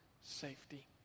safety